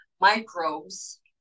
microbes